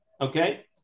Okay